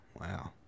Wow